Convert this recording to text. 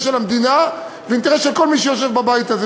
של המדינה ואינטרס של כל מי שיושב בבית הזה,